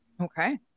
Okay